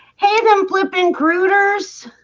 hey then blue pink reuters